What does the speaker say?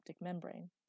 membrane